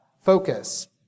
focus